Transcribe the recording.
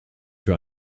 für